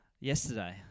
yesterday